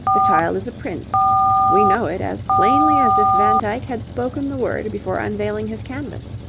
the child is a prince we know it as plainly as if van dyck had spoken the word before unveiling his canvas.